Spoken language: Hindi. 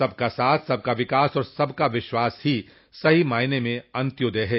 सबका साथ सबका विकास और सबका विश्वास ही सही मायने में अन्त्योदय है